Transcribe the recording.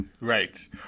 Right